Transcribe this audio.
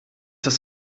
das